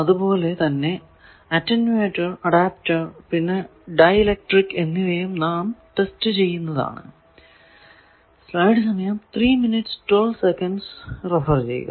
അതുപോലെ തന്നെ attenuator adapter പിന്നെ ഡൈ ഇലക്ട്രിക്ക് എന്നിവയും നാം ടെസ്റ്റ് ചെയ്യുന്നതാണ്